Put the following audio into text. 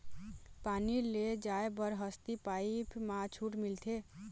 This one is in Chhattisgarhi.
पानी ले जाय बर हसती पाइप मा छूट मिलथे?